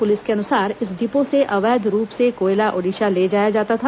police के अनुसार इस डिपो से अवैध रूप से कोयला ओड़िशा ले जाया जाता था